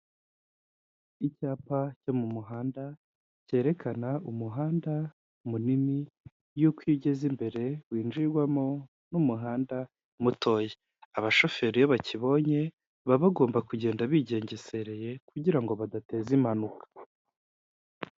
Icyapa cyo mu muhanda cyerekana umuhanda munini, yuko iyo igeze imbere winjirwamo n'umuhanda mutoya, abashoferi iyo bakibonye, baba bagomba kugenda bigengesereye kugira ngo badateza impanuka.